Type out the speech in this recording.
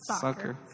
Soccer